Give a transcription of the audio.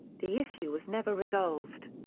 the issue was never resolved.